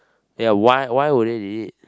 ya why why would they delete